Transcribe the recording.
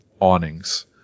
awnings